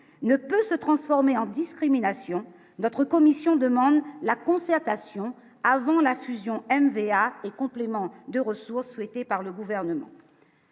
ne peut se transformer en discrimination notre commission demande la concertation avant la fusion N-VA et complément de ressources souhaitée par le gouvernement.